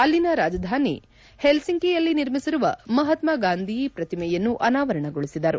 ಅಲ್ಲಿನ ರಾಜಧಾನಿ ಹೆಲ್ಲಿಂಕಿಯಲ್ಲಿ ನಿರ್ಮಿಸಿರುವ ಮಹಾತ್ನ ಗಾಂಧಿ ಪ್ರತಿಮೆಯನ್ನು ಅನಾವರಣಗೊಳಿಸಿದರು